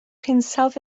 hinsawdd